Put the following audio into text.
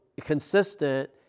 consistent